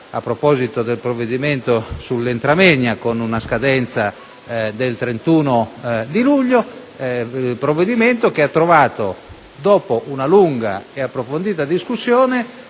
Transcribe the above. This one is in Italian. a proposito del provvedimento sull'*intramoenia*, con una scadenza del 31 luglio, provvedimento che ha ricevuto, dopo una lunga e approfondita discussione